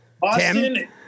Boston